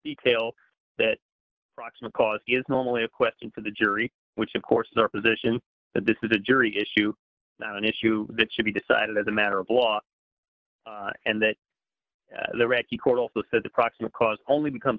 detail that proximate cause is normally a question for the jury which of course our position that this is a jury issue not an issue that should be decided as a matter of law and that the iraqi court also said the proximate cause only becomes